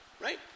Right